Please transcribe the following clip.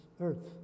earth